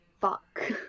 fuck